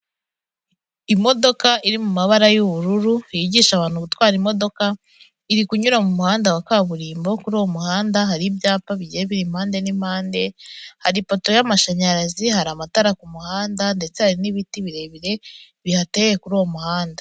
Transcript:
Imodoka iri mu mabara y'ubururu, yigisha abantu gutwara imodoka, iri kunyura mu muhanda wa kaburimbo, kuri uwo muhanda, hari ibyapa bigiye biri impande n'impande, hari ipoto y'amashanyarazi, hari amatara ku muhanda, ndetse hari n'ibiti birebire, bihateye kuri uwo muhanda.